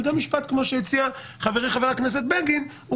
גם משפט שהציע חברי חבר הכנסת בגין גם הוא